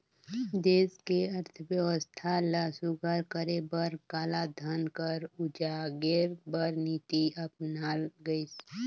देस के अर्थबेवस्था ल सुग्घर करे बर कालाधन कर उजागेर बर नीति अपनाल गइस